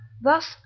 Thus